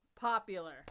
Popular